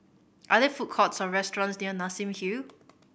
are there food courts or restaurants near Nassim Hill